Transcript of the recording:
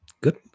Good